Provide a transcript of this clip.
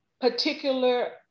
particular